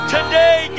Today